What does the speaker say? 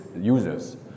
users